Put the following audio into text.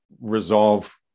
resolve